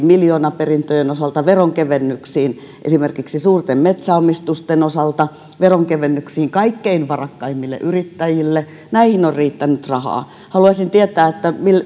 miljoonaperintöjen osalta veronkevennyksiin esimerkiksi suurten metsäomistusten osalta veronkevennyksiin kaikkein varakkaimmille yrittäjille näihin on riittänyt rahaa haluaisin tietää